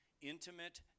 intimate